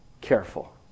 careful